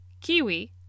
kiwi